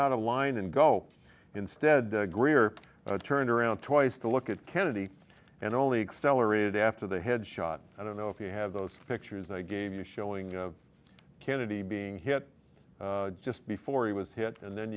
out of line and go instead greer turned around twice to look at kennedy and only accelerated after the head shot i don't know if you have those pictures i gave you showing kennedy being hit just before he was hit and then